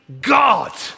God